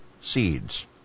seeds